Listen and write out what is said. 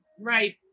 right